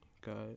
got